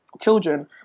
children